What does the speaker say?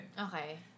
Okay